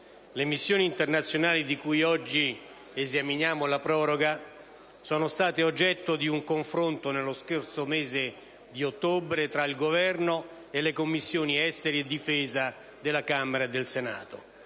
le missioni internazionali di cui oggi esaminiamo la proroga sono state oggetto di un confronto nello scorso mese di ottobre tra il Governo e le Commissioni esteri e difesa della Camera e del Senato.